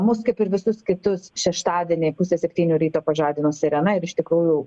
mus kaip ir visus kitus šeštadienį pusę septynių ryto pažadino sirena ir iš tikrųjų